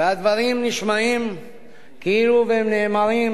והדברים נשמעים כאילו הם נאמרים,